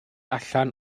allan